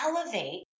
elevate